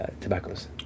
tobaccos